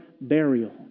burial